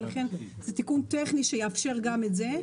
לכן זה תיקון טכני שיאפשר גם את זה.